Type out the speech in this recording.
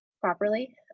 properly